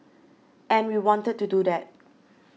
and we wanted to do that